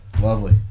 Lovely